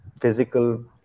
physical